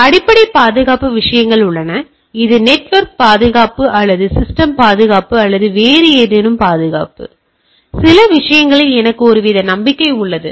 எனவே அடிப்படை பாதுகாப்பு விஷயங்கள் உள்ளன இது நெட்வொர்க் பாதுகாப்பு அல்லது சிஸ்டம் பாதுகாப்பு அல்லது வேறு ஏதேனும் பாதுகாப்பு சில விஷயங்களில் எனக்கு ஒருவித நம்பிக்கை உள்ளது